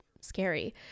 scary